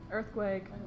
Earthquake